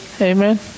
Amen